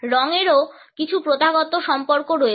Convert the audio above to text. রঙেরও কিছু প্রথাগত সম্পর্ক রয়েছে